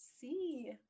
see